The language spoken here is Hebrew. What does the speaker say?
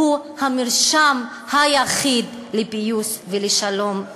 זה המרשם היחיד לפיוס ולשלום.